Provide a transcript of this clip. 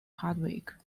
hardwick